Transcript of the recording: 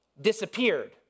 disappeared